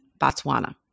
Botswana